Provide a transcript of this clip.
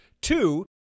two